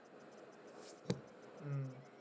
mm